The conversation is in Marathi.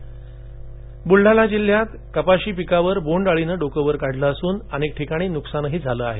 बोंड अळी ब्लडाणा जिल्ह्यात कपाशी पिकावर बोंडअळीन डोक वर काढल असून अनेक ठिकाणी नुकसानही झाले आहे